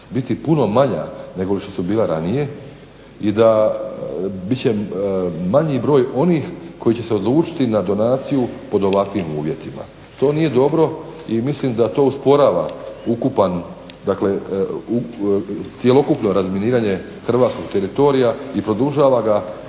biti puno manja nego što su bila ranije i da bit će manji broj onih koji će se odlučiti na donaciju pod ovakvim uvjetima. To nije dobro i mislim da to osporava ukupan, dakle cjelokupno razminiranje hrvatskog teritorija i produžava ga